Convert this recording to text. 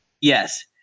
Yes